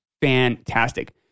fantastic